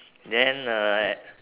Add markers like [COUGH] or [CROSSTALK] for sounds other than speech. then uh [NOISE]